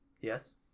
yes